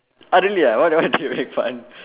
ah really why why do they make fun